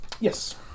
Yes